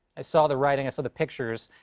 i saw the writing, i saw the pictures,